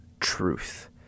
truth